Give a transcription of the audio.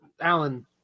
Alan